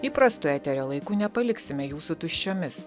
įprastu eterio laiku nepaliksime jūsų tuščiomis